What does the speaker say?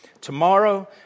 Tomorrow